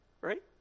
right